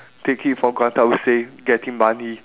take it for granted I would say getting money